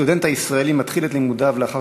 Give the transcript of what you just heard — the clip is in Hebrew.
הסטודנט הישראלי מתחיל את לימודיו לאחר